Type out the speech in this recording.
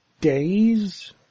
days